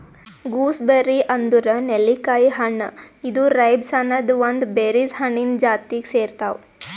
gooseberry ಅಂದುರ್ ನೆಲ್ಲಿಕಾಯಿ ಹಣ್ಣ ಇದು ರೈಬ್ಸ್ ಅನದ್ ಒಂದ್ ಬೆರೀಸ್ ಹಣ್ಣಿಂದ್ ಜಾತಿಗ್ ಸೇರ್ತಾವ್